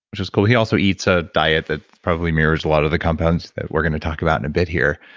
which was cool. he also eats a diet that probably mirrors a lot of the compounds that we're going to talk about in a bit here.